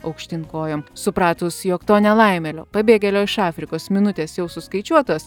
aukštyn kojom supratus jog to nelaimėlio pabėgėlio iš afrikos minutės jau suskaičiuotos